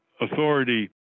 authority